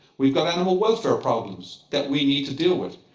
we've got animal welfare problems that we need to deal with.